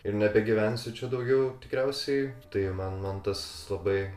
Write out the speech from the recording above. ir nebegyvensiu čia daugiau tikriausiai tai man man tas labai